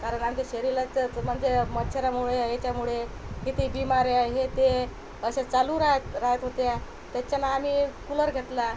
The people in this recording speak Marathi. कारण आमच्या शरीराचं म्हणजे मच्छरामुळे याच्यामुळे किती बिमाऱ्या हे ते असं चालू रहा राहत होत्या त्याच्यानं आम्ही कूलर घेतला